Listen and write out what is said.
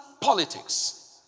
politics